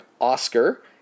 Oscar